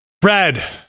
Brad